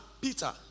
Peter